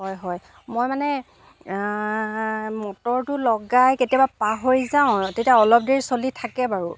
হয় হয় মই মানে মটৰটো লগাই কেতিয়াবা পাহৰি যাওঁ তেতিয়া অলপ দেৰি চলি থাকে বাৰু